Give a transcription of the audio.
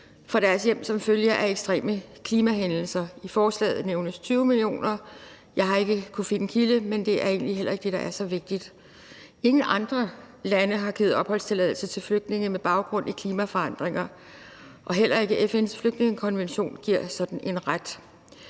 fra deres hjem som følge af ekstreme klimahændelser. I forslaget nævnes 20 millioner. Jeg har ikke kunnet finde en kilde, men det er heller ikke det, der er så vigtigt. Ingen andre lande har givet opholdstilladelse til flygtninge med baggrund i klimaforandringer, og heller ikke FN's flygtningekonvention giver sådan en ret.